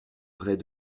vraies